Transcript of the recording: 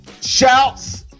Shouts